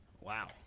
Wow